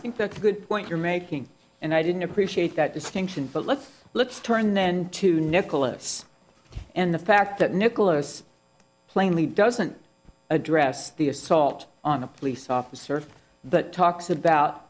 extinct that's a good point you're making and i didn't appreciate that distinction but let's let's turn then to nicholas and the fact that nicholas plainly doesn't address the assault on a police officer that talks about